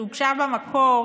שהוגשה במקור